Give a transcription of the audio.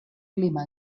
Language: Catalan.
clima